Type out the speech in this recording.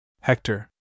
Hector